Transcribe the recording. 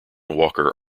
walker